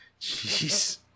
Jeez